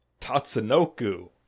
Tatsunoku